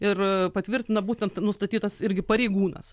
ir patvirtina būtent nustatytas irgi pareigūnas